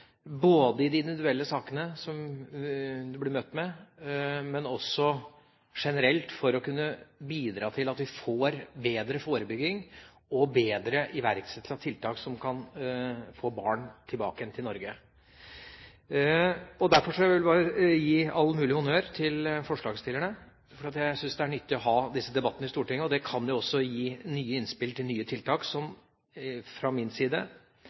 både i de individuelle sakene som en blir møtt med, og generelt for å kunne bidra til at vi får bedre forebygging og bedre iverksettelse av tiltak som kan få barn tilbake igjen til Norge. Derfor vil jeg gi all mulig honnør til forslagsstillerne, for jeg syns det er nyttig å ha disse debattene i Stortinget. Det kan jo også gi nye innspill til nye tiltak. Så fra min side